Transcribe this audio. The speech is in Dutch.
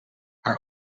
haar